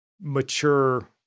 mature